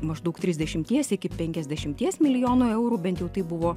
maždaug trisdešimties iki penkiasdešimties milijonų eurų bent jau taip buvo